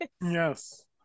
Yes